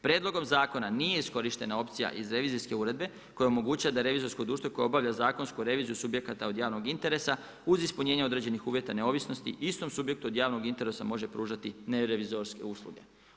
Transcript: Prijedlogom zakona nije iskorištena opcija iz revizorske uredbe koja omogućuje da revizorsko društvo koje obavlja zakonsku reviziju subjekata od javnog interesa, uz ispunjenje određenih uvjeta neovisnosti istom subjektu od javnog interesa, može pružati nerevizorske usluge.